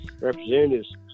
representatives